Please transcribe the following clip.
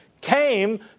came